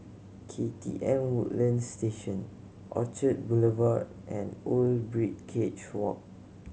K T M Woodlands Station Orchard Boulevard and Old Birdcage Walk